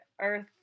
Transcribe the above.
earth